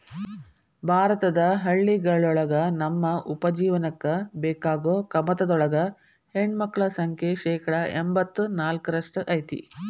ಭಾರತದ ಹಳ್ಳಿಗಳೊಳಗ ತಮ್ಮ ಉಪಜೇವನಕ್ಕ ಬೇಕಾಗೋ ಕಮತದೊಳಗ ಹೆಣ್ಣಮಕ್ಕಳ ಸಂಖ್ಯೆ ಶೇಕಡಾ ಎಂಬತ್ ನಾಲ್ಕರಷ್ಟ್ ಐತಿ